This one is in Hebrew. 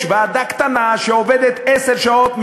יש ועדה קטנה שעובדת עשר שעות,